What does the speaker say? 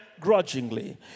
grudgingly